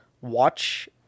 watch